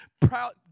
proud